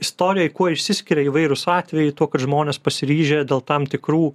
istorijoj kuo išsiskiria įvairūs atvejai tuo kad žmonės pasiryžę dėl tam tikrų